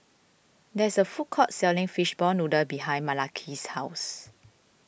there is a food court selling Fishball Noodle behind Malaki's house